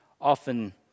Often